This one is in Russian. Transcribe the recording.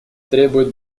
требует